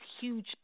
huge